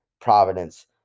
Providence